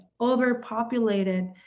overpopulated